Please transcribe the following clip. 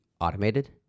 automated